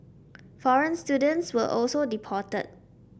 foreign students were also deported